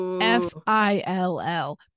F-I-L-L